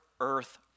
earth